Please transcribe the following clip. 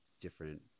different